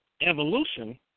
evolution